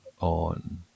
on